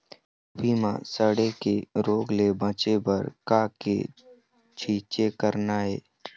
फूलगोभी म सड़े के रोग ले बचे बर का के छींचे करना ये?